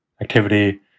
activity